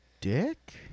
dick